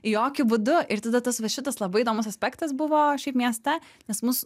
jokiu būdu ir tada tas va šitas labai įdomus aspektas buvo šiaip mieste nes mus